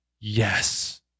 yes